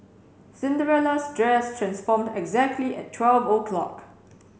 Cinderella's dress transformed exactly at twelve o'clock